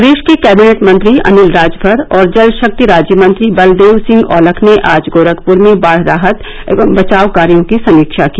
प्रदेश के कैबिनेट मंत्री अनिल राजभर और जल शक्ति राज्य मंत्री बलदेव सिंह औलख ने आज गोरखपुर में बाढ़ राहत एवं बचाव कार्यो की समीक्षा की